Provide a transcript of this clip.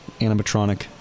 Animatronic